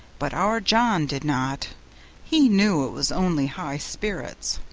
but our john did not he knew it was only high spirits.